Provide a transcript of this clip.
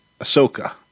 Ahsoka